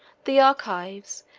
the archives,